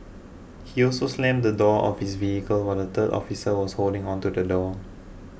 he also slammed the door of his vehicle while the third officer was holding onto the door